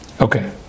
Okay